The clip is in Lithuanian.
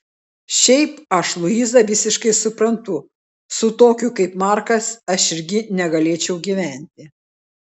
šiaip aš luizą visiškai suprantu su tokiu kaip markas aš irgi negalėčiau gyventi